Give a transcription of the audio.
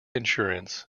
insurance